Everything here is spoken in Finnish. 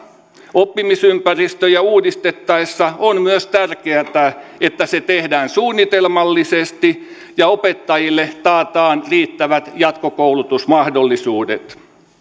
oppimisympäristöjä uudistettaessa on myös tärkeätä että se tehdään suunnitelmallisesti ja että opettajille taataan riittävät jatkokoulutusmahdollisuudet